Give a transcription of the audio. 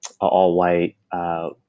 all-white